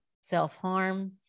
self-harm